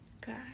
Good